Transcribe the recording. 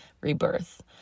rebirth